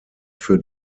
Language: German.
für